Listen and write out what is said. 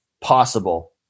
possible